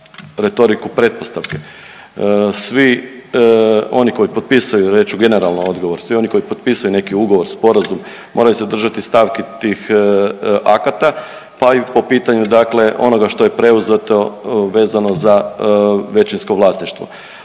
retoriku pretpostavke. Svi oni koji potpisuju, reći ću generalno odgovor, svi oni koji potpisuju neki ugovor i sporazum moraju se držati stavki tih akata, pa i po pitanju dakle onoga što je preuzeto vezano za većinsko vlasništvo.